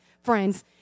Friends